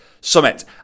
summit